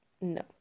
no